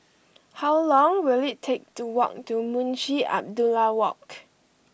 how long will it take to walk to Munshi Abdullah Walk